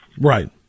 Right